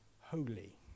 holy